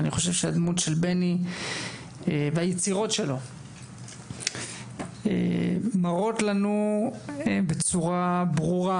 אני חושב שהדמות של בני והיצירות שלו מראות לנו בצורה ברורה